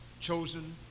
chosen